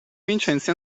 vincenzi